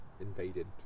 invaded